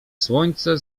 słońce